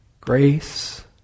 grace